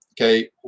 Okay